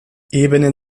ebenen